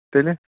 تیٚلہِ